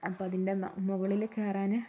അപ്പം അതിൻ്റെ മ മുകളില് കയറാൻ